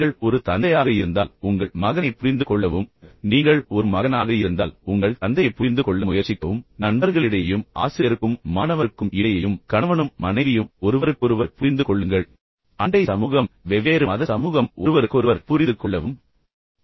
நீங்கள் ஒரு தந்தையாக இருந்தால் உங்கள் மகனைப் புரிந்து கொள்ள முயற்சி செய்யுங்கள் நீங்கள் ஒரு மகனாக இருந்தால் உங்கள் தந்தையைப் புரிந்து கொள்ள முயற்சிக்கவும் நண்பர்களிடையேயும் ஆசிரியருக்கும் மாணவருக்கும் இடையேயும் ஒருவரை ஒருவர் புரிந்து கொள்ள முயற்சிக்கவும் கணவனும் மனைவியும் ஒருவருக்கொருவர் புரிந்து கொள்ளுங்கள் அண்டை சமூகம் வெவ்வேறு மத சமூகம் ஒருவருக்கொருவர் புரிந்துகொள்ள முயற்சி செய்யுங்கள்